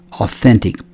authentic